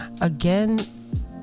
again